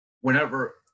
whenever